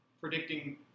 predicting